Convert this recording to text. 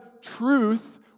truth